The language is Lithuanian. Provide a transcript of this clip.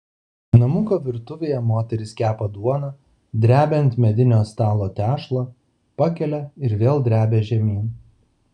namuko virtuvėje moteris kepa duoną drebia ant medinio stalo tešlą pakelia ir vėl drebia žemyn